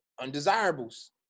undesirables